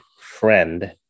friend